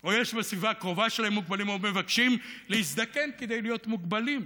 או יש בסביבה הקרובה שלהם מוגבלים או מבקשים להזדקן כדי להיות מוגבלים.